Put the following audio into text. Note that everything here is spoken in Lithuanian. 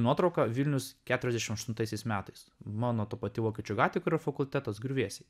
nuotrauką vilnius keturiasdešimt aštuntaisiais metais mano ta pati vokiečių gatvė kur fakultetas griuvėsiai